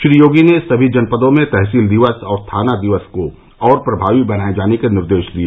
श्री योगी ने समी जनपदों में तहसील दिवस और थाना दिवस को और प्रभावी बनाए जाने के निर्देश दिए